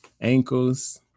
ankles